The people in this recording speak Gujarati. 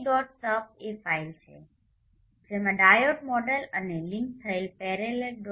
sub એ ફાઇલ છે જેમાં ડાયોડ મોડેલ અને લિંક્ડ થયેલ parallel